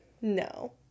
No